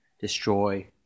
destroy